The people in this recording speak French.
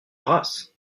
race